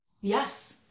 Yes